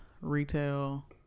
retail